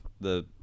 the-